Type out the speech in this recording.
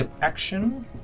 action